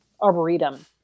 Arboretum